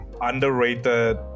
underrated